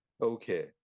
okay